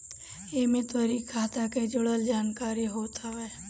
एमे तोहरी खाता के जुड़ल जानकारी होत हवे